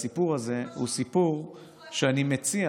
הסיפור הזה הוא סיפור שאני מציע